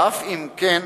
ואף אם כן,